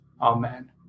Amen